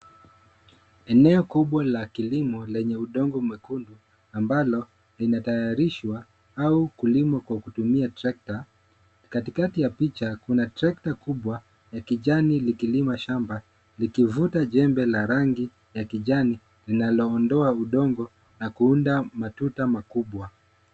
Eneo kubwa la kilimo lenye udongo mwekundu ambalo linatayarishwa au kulimwa kwa kutumia trekta. Katikati ya picha, kuna trekta kubwa ya kijani likilima shamba likivuta jembe la rangi ya kijani linaloondoa udongo na kuunda matuta makubwa.